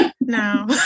no